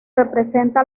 representa